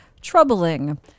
troubling